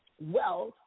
wealth